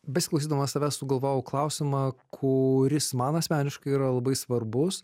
besiklausydamas tavęs sugalvojau klausimą kuris man asmeniškai yra labai svarbus